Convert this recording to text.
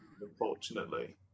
Unfortunately